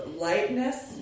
lightness